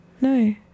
no